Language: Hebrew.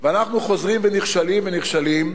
אנחנו חוזרים ונכשלים ונכשלים.